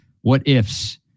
what-ifs